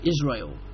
Israel